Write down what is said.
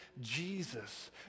Jesus